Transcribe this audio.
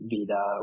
Vida